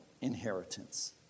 inheritance